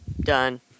Done